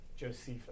Josephus